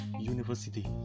University